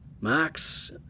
Max